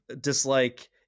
dislike